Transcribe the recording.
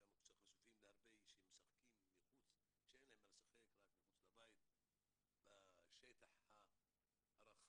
והם חשופים כי הם משחקים מחוץ לבית בשטח הרחב.